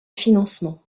financement